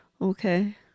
Okay